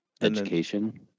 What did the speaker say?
education